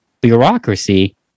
bureaucracy